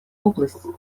область